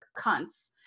cunts